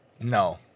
No